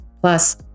Plus